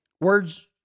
Words